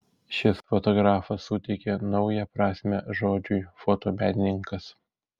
šis fotografas suteikė naują prasmę žodžiui fotomenininkas